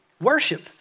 worship